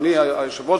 אדוני היושב-ראש,